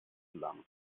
gelangen